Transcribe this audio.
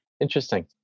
Interesting